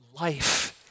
life